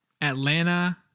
Atlanta